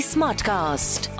Smartcast